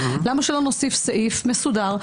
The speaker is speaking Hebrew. למה שלא נוסיף סעיף מסודר,